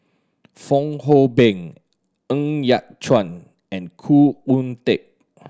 Fong Hoe Beng Ng Yat Chuan and Khoo Oon Teik